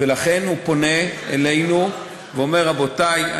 ולכן הוא פונה אלינו ואומר: רבותי,